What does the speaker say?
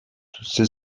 توسه